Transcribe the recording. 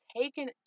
taken